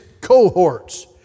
cohorts